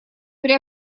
при